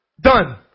done